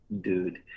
dude